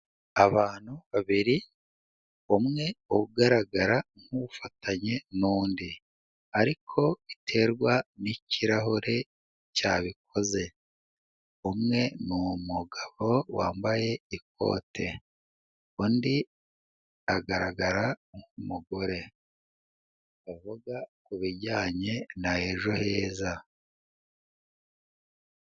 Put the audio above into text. Abantu babiri umwe ugaragara nk'ufatanye n'undi ariko biterwa n'ikirahure cyabikoze, umwe ni umugabo wambaye ikote undi agaragara nk'umugore avuga ku bijyanye na ejo heza.